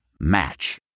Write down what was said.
Match